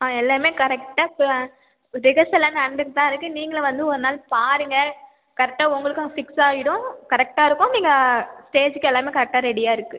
ஆ எல்லாமே கரெக்டாக ரிகர்சல்லாம் நடந்துக்கிட்டு தான் இருக்கு நீங்களும் வந்து ஒரு நாள் பாருங்கள் கரெக்டாக உங்களுக்கும் ஃபிக்ஸ் ஆயிடும் கரெக்டாக இருக்கும் நீங்கள் ஸ்டேஜ்க்கு எல்லாமே கரெக்டாக ரெடியாக இருக்கு